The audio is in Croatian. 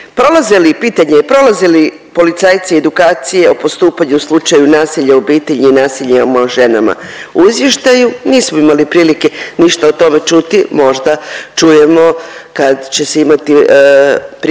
Prolaze li, pitanje je, prolaze li policajci edukacije o postupanju u slučaju nasilja u obitelji i nasilja nad ženama? U izvještaju nismo imali prilike ništa o tome čuti, možda čujemo kad će se imati prilike